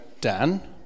Dan